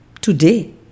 today